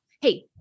Hey